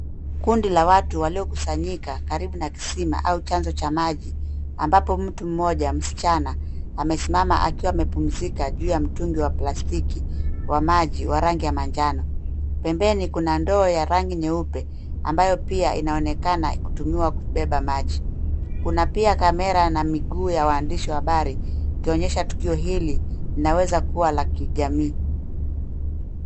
Kundi la watu waliokusanyika karibu na kisima au chanzo cha maji ambapo mtu mmoja, msichana, amesimama akiwa amepumzika juu ya mtungi wa plastiki wa maji wa rangi ya manjano. Pembeni kuna ndoo ya rangi nyeupe ambayo pia inaonekana kutumiwa kubeba maji. Kuna pia kamera na miguu ya waandishi wa habari, ikionyesha tukio hili inaweza kuwa la kijamii.